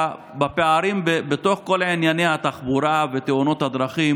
הפערים בתוך כל ענייני התחבורה ותאונות הדרכים